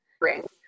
ring